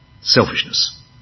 selfishness